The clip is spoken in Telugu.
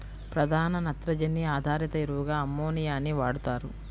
ప్రధాన నత్రజని ఆధారిత ఎరువుగా అమ్మోనియాని వాడుతారు